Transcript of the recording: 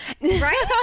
Right